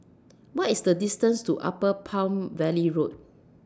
What IS The distance to Upper Palm Valley Road